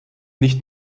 nicht